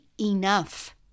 enough